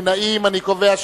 להצביע.